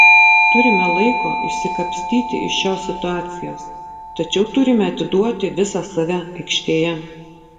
turime laiko išsikapstyti iš šios situacijos tačiau turime atiduoti visą save aikštėje